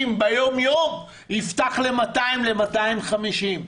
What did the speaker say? איש ביום-יום יפתח ל-200 או ל-250 איש.